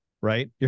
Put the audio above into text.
right